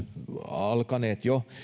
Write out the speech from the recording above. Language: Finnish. alkaneet jo